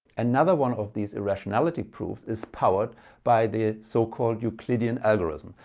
another one of these irrationality proofs is powered by the so-called euclidean algorithm,